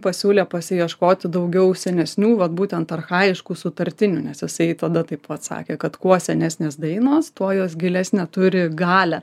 pasiūlė pasiieškoti daugiau senesnių vat būtent archajiškų sutartinių nes jisai tada taip pat sakė kad kuo senesnės dainos tuo jos gilesnė turi galią